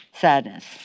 sadness